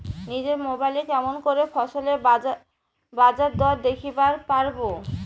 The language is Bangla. নিজের মোবাইলে কেমন করে ফসলের বাজারদর দেখিবার পারবো?